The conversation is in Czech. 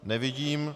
Nevidím.